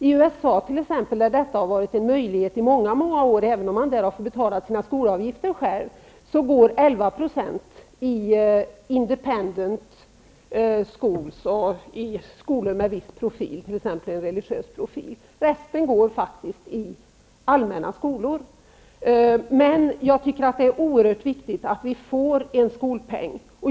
I USA, där det i många år har varit möjligt att välja en fristående skola även om man har betalat sina skolavgifter själv, går 11 % i en religiös profil. Resten går faktiskt i allmänna skolor. Jag tycker att det är oerhört viktigt att vi får en skolpeng.